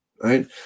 right